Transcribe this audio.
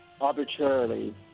arbitrarily